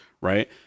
right